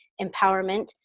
empowerment